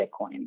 Bitcoin